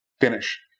finish